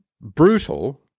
brutal